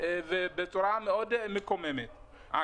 ובצורה מאוד מקוממת.